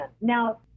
Now